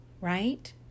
right